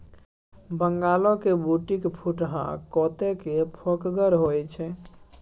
बंगालक बूटक फुटहा कतेक फोकगर होए छै